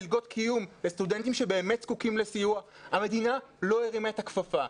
מלגות קיום לסטודנטים שבאמת זקוקים לסיוע המדינה לא הרימה את הכפפה.